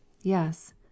Yes